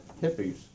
hippies